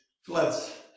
floods